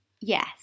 yes